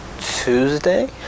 Tuesday